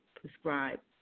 prescribed